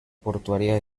portuaria